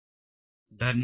Thank you